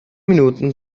minuten